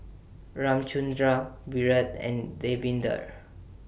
Ramchundra Virat and Davinder